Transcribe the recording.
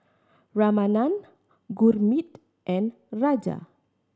Ramanand Gurmeet and Raja